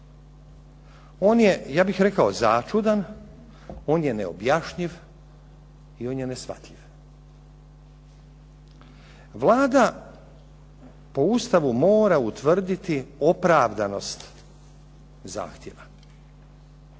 On je, ja bih rekao začudan, on je neobjašnjiv i on je neshvatljiv. Vlada po Ustavu mora utvrditi opravdanost zahtjeva.